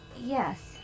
Yes